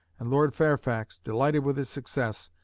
and lord fairfax, delighted with his success,